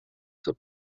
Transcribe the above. that